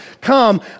come